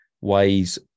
ways